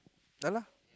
ya lah